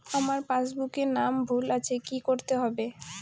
আমার পাসবুকে নাম ভুল আছে কি করতে হবে?